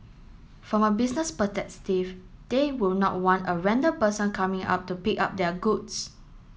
from a business they will not want a random person coming up to pick up their goods